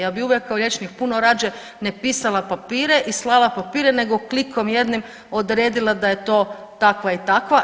Ja bih uvijek kao liječnik puno rađe ne pisala papire i slala papire, nego klikom jednim odredila da je to takva i takva.